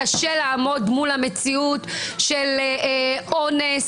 קשה לעמוד מול המציאות של אונס,